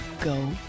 Go